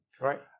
Right